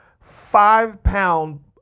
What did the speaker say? five-pound